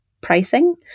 Pricing